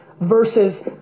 versus